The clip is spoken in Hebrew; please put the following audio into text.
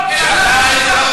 אני אגיד לך מה.